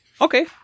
Okay